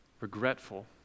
Regretful